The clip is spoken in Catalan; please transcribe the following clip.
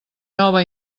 nova